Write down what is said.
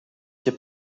cię